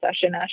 session